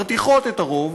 מרתיחות את הרוב,